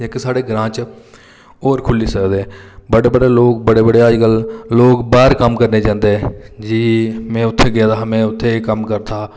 इक्क साढ़े ग्रांऽ च होर खुल्ली सकदे बड़े बड़े लोक अज्जकल लोक बाह्र कम्म करने गी जंदे जी में उत्थें गेदा हा में उत्थें एह् कम्म करदा हा